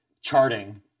charting